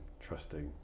trusting